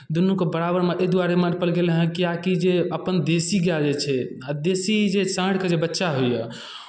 दुनूके बराबरमे एहि दुआरे मापल गेलै हँ किआकि जे अपन देशी गाए जे छै आ देशी जे साँड़के जे बच्चा होइए